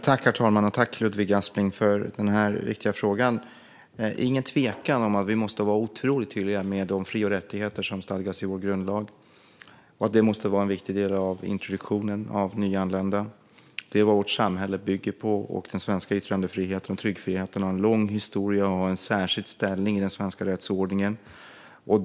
Herr talman! Tack, Ludvig Aspling, för den viktiga frågan! Det är ingen tvekan om att vi måste vara otroligt tydliga med de fri och rättigheter som stadgas i vår grundlag. Det måste vara en viktig del av introduktionen av nyanlända. Det är vad vårt samhälle bygger på. Den svenska yttrandefriheten och tryckfriheten har en lång historia och har en särskild ställning i den svenska rättsordningen.